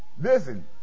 Listen